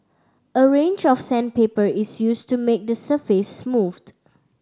a range of sandpaper is used to make the surface smooth